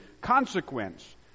consequence